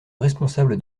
responsable